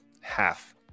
half